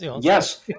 Yes